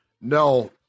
No